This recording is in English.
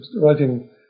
writing